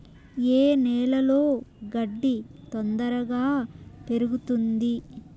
ఏ నేలలో గడ్డి తొందరగా పెరుగుతుంది